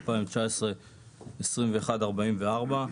2019/2144,